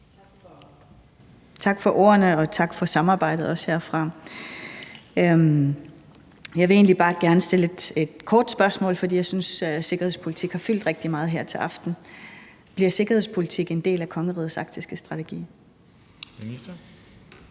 Tak for ordene, og tak for samarbejdet også herfra. Jeg vil egentlig bare gerne stille et kort spørgsmål, for jeg synes, at sikkerhedspolitik har fyldt rigtig meget her til aften. Bliver sikkerhedspolitik en del af kongerigets arktiske strategi?